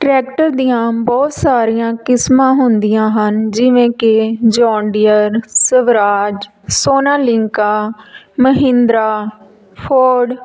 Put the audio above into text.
tractor ਦੀਆਂ ਬਹੁਤ ਸਾਰੀਆਂ ਕਿਸਮਾਂ ਹੁੰਦੀਆਂ ਹਨ ਜਿਵੇਂ ਕਿ ਜੋਨਡੀਅਰ ਸਵਰਾਜ ਸੋਨਾਲੀਂਕਾ ਮਹਿੰਦਰਾ ਫੋਰਡ